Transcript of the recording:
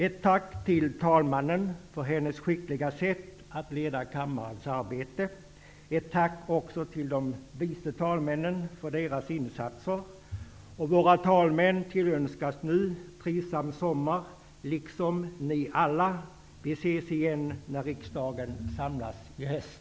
Ett tack till talmannen för hennes skickliga sätt att leda kammarens arbete. Ett tack också till de vice talmännen för deras insatser. Våra talmän, liksom ni alla, tillönskas nu en trivsam sommar. Vi ses igen när riksdagen samlas i höst.